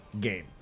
game